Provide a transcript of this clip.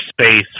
space